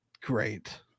great